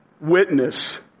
witness